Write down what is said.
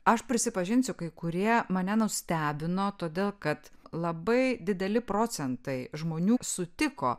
aš prisipažinsiu kai kurie mane nustebino todėl kad labai dideli procentai žmonių sutiko